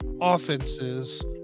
offenses